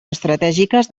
estratègiques